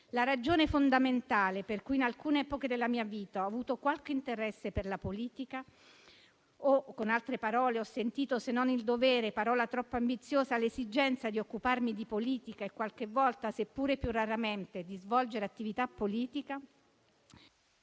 La ragione fondamentale per cui in alcune epoche della mia vita ho avuto qualche interesse per la politica, o con altre parole ho sentito se non il dovere, parola troppo ambiziosa, l'esigenza di occuparmi di politica e qualche volta, se pure più raramente, di svolgere attività politica,